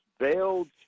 veiled